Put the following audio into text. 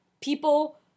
people